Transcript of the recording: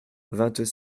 vingt